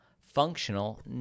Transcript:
functional